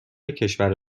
کشور